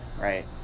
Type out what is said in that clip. right